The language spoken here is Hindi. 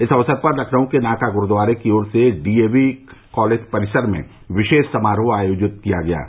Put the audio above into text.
इस अवसर पर लखनऊ के नाका गुरूद्वारे की ओर से डीएवी कालेज परिसर में विशेष समारोह का अयोजन किया गया था